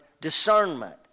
discernment